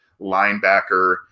linebacker